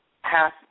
half